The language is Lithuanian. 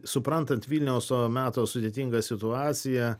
suprantant vilniaus to meto sudėtingą situaciją